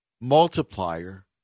multiplier